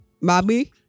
Mommy